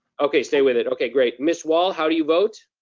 okay, stay with it, okay, great. miss wall, how do you vote?